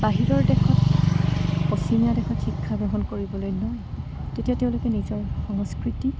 বাহিৰৰ দেশত পশ্চিমীয়া দেশত শিক্ষা গ্ৰহণ কৰিবলৈ লয় তেতিয়া তেওঁলোকে নিজৰ সংস্কৃতি